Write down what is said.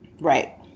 Right